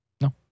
No